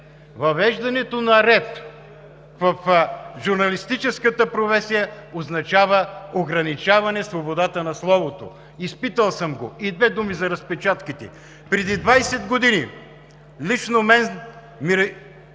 Въвеждането на ред в журналистическата професия означава ограничаване на свободата на словото! Изпитвал съм го! Две думи за разпечатките. Преди 20 години лично на мен ми